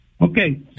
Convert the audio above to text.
Okay